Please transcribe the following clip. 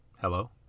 Hello